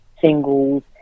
singles